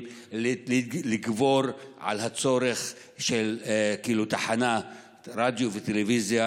לגבור על הצורך של תחנות רדיו וטלוויזיה,